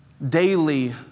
daily